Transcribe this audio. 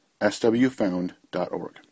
swfound.org